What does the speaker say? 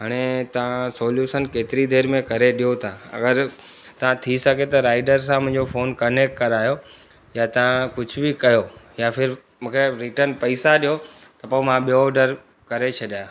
हाणे तव्हां सोल्यूशन केतिरी देरि में करे ॾियो तव्हां अगरि तव्हां थी सघे त राइडर सां मुंहिंजो फोन कनेक्ट करायो या तव्हां कुझु बि कयो या फिर मूंखे रिटन पैसा ॾियो त पोइ मां ॿियो ऑडर करे छॾिया